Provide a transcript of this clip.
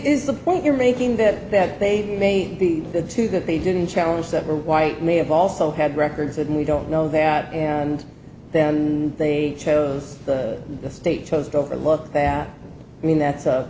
is the point you're making that that they may be the two that they didn't challenge several white may have also had records and we don't know that and then they chose the state chose to overlook that i mean that's a